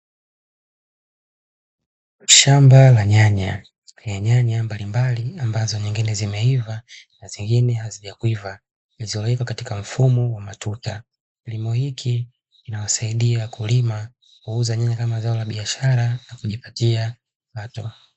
Shamba la nyanya lenye nyanya mbalimbali, ambazo nyingine zimeiva na zingine hazijakwiva, zilizowekwa kwenye mfumo wa matuta. Kilimo hiki kinawasaidia mkulima kuuza nyanya kama zao la biashara na kujipatia kipato.